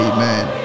Amen